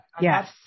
Yes